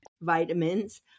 vitamins